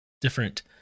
different